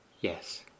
Yes